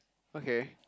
okay